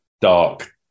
dark